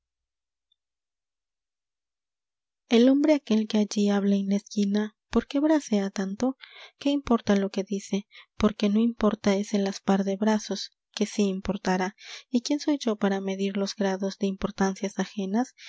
r hombre aquel que allí habla en la esquina por qué bracea tanto qué importa lo que dice porque no importa es el aspar de brazos que si importara y quién soy yo para medir los grados de importancias ajenas